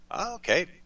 Okay